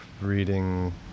reading